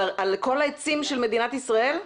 על כל העצים של מדינת ישראל?